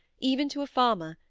even to a farmer,